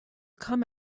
come